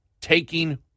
taking